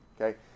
Okay